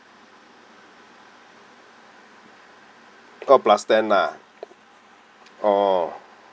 got plus ten ah oh